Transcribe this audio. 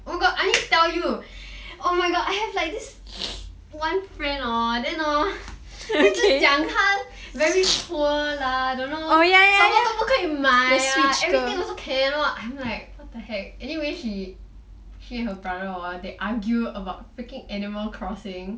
oh my god I need to tell you oh my god I have like this one friend hor then hor 他一直讲他:ta jiang ta very poor lah don't know 什么都不可以买啊 everything also cannot I'm like what the heck anyway hor she and her brother they argue about freaking animal crossing